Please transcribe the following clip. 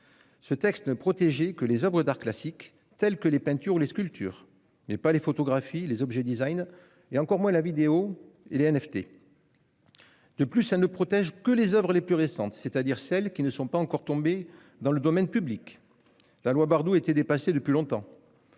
Ce texte ne protégeait que les oeuvres d'art classiques, telles que les peintures ou les sculptures, mais pas les photographies, les objets de design, et encore moins la vidéo et les NFT. De plus, elle ne protège que les oeuvres les plus récentes, c'est-à-dire celles qui ne sont pas encore tombées dans le domaine public. La loi Bardoux était dépassée depuis longtemps.